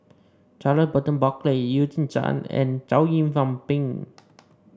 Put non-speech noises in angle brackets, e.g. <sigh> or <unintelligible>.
Charles Burton Buckley Eugene Chen and Chow Yian <unintelligible> Ping